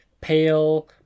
pale